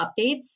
updates